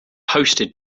hosted